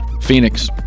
Phoenix